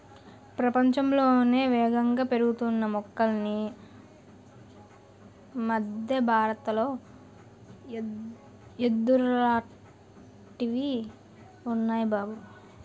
ప్రపంచంలోనే యేగంగా పెరుగుతున్న మొక్కలన్నీ మద్దె బారతంలో యెదుర్లాటివి ఉన్నాయ్ బాబూ